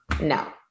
No